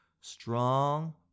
Strong